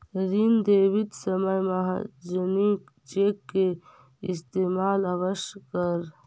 ऋण देवित समय महाजनी चेक के इस्तेमाल अवश्य करऽ